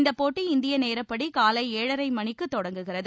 இந்தப் போட்டி இந்திய நேரப்படி காலை ஏழரை மணிக்குத் தொடங்குகிறது